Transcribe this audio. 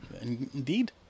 Indeed